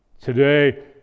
Today